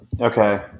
Okay